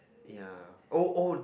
ya oh oh